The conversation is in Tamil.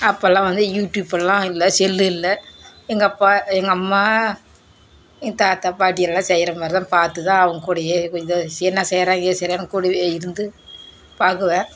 அப்பெல்லாம் வந்து யூட்யூபெல்லாம் இல்லை செல்லு இல்லை எங்கள் அப்பா எங்கள் அம்மா என் தாத்தா பாட்டியெல்லாம் செய்கிற மாதிரிதான் பார்த்துதான் அவங்கக்கூடயே கொஞ்சம் என்ன செய்கிறாங்க ஏது செய்கிறாங்கன்னு கூடவே இருந்து பார்க்குவேன்